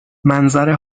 منظره